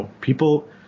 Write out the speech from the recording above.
people